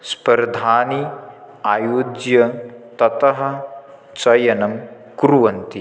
स्पर्धानि आयुज्य ततः चयनं कुर्वन्ति